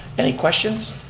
any questions?